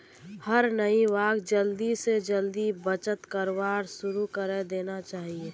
हर नवयुवाक जल्दी स जल्दी बचत करवार शुरू करे देना चाहिए